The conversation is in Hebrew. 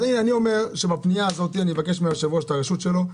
אז הינה אני אומר שבפנייה הזאת אני מבקש מהיושב-ראש את הרשות שלו,